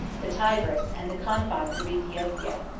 the tigris, and the confines of aethiopia.